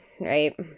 Right